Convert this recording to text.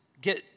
get